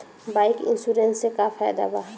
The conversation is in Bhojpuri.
बाइक इन्शुरन्स से का फायदा बा?